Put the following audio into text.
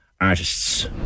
artists